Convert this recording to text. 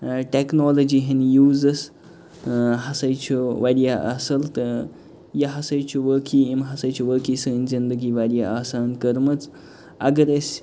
ٲں ٹیٚکنالجی ہِنٛد یوٗزٕس ٲں ہسا چھُ واریاہ اصٕل تہٕ یہِ ہسا چھُ وٲقعی أمۍ ہسا چھِ وٲقعی سٲنۍ زندگی واریاہ آسان کٔرمٕژ اگر أسۍ